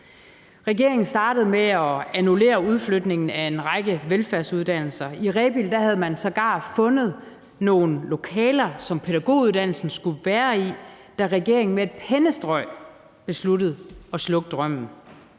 Regeringen startede med at annullere udflytningen af en række velfærdsuddannelser. I Rebild havde man sågar fundet nogle lokaler, som pædagoguddannelsen skulle være i, da regeringen med et pennestrøg besluttede at slukke drømmen.